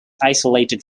isolated